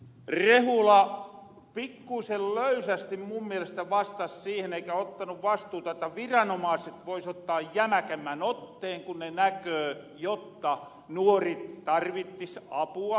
ministeri rehula pikkuusen löysästi mun mielestä vastas siihen eikä ottanu vastuuta jotta viranomaaset vois ottaa jämäkämmän otteen kun ne näköö jotta nuori tarvittis apua